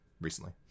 recently